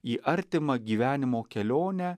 į artimą gyvenimo kelionę